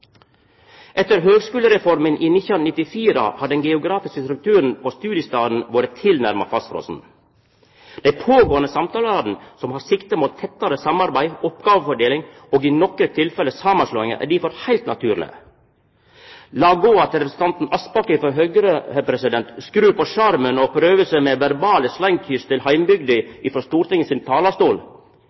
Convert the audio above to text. Etter Høgskulereforma i 1994 har den geografiske strukturen på studiestadene vore tilnærma fastfrosen. Dei pågåande samtalene som har som siktemål tettare samarbeid, oppgåvefordeling og i nokre tilfelle samanslåing, er difor heilt naturlege. Lat gå at representanten Aspaker frå Høgre skrur på sjarmen og prøver seg med verbale slengkyss til heimbygda frå Stortinget sin talarstol.